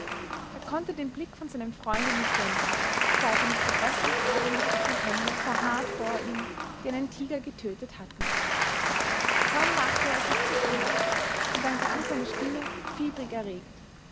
er konnte den blick von seinem freunde nicht wenden starrte mit gepreßtem atem auf die hände da hart vor ihm die einen tiger getötet hatten kaum wagte er etwas zu fragen und dann klang seine stimme fieberig erregt